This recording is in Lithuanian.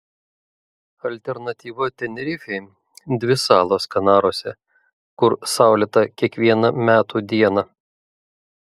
alternatyva tenerifei dvi salos kanaruose kur saulėta kiekviena metų diena